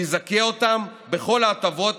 שיזכה אותם בכל ההטבות